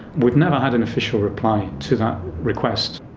we've never had an official reply to that request.